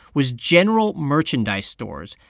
was general merchandise stores.